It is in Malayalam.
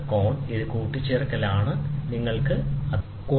ഞാൻ ഒരേ ദിശയിൽ 18 "ചേർക്കും തുടർന്ന് ഈ ദിശയിൽ 3" കുറയ്ക്കും